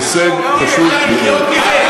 הישג חשוב מאוד.